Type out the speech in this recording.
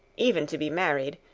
even to be married,